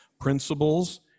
principles